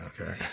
okay